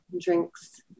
drinks